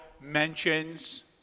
mentions